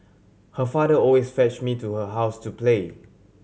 her father always fetch me to her house to play